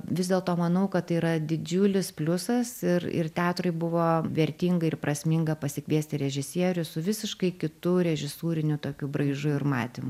vis dėlto manau kad tai yra didžiulis pliusas ir ir teatrui buvo vertinga ir prasminga pasikviesti režisierių su visiškai kitu režisūriniu tokiu braižu ir matymu